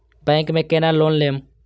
Bank में केना loan लेम?